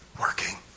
working